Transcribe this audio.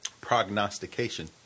prognostication